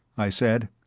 i said,